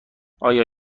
آنها